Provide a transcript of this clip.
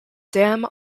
dam